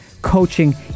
coaching